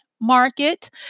market